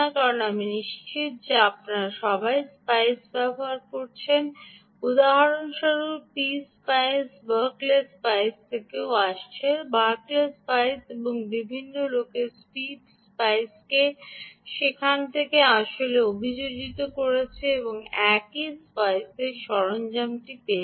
কারণ আমি নিশ্চিত যে আপনারা সবাই স্পাইস ব্যবহার করেছেন উদাহরণস্বরূপ পি স্পাইস বার্কলে স্পাইস থেকেও আসছে বার্কলে স্পাইস এবং বিভিন্ন লোকেরা পি স্পাইসকে সেখান থেকে আসলে অভিযোজিত করেছে এবং একই স্পাইসর সরঞ্জামটি পেয়েছে